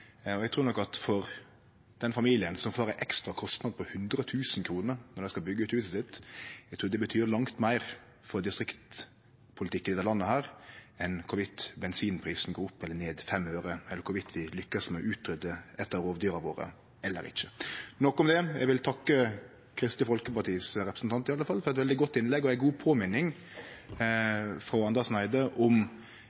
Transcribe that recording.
Eg trur nok at om ein familie får ein ekstra kostnad på 100 000 kr når dei skal byggje ut huset sitt, betyr det langt meir for distriktspolitikken i dette landet enn om bensinprisen går opp eller ned 5 øre, eller om vi lykkast med å utrydje eit av rovdyra våre eller ikkje – nok om det. Eg vil i alle fall takke representanten frå Kristeleg Folkeparti for eit veldig godt innlegg. Det var ei god påminning